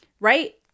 right